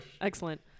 Excellent